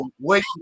wait